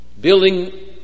building